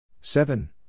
Seven